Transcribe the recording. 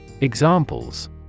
Examples